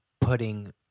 putting